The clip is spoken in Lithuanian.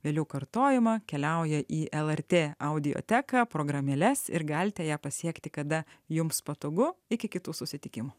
vėliau kartojama keliauja į lrt audioteką programėles ir galite ją pasiekti kada jums patogu iki kitų susitikimų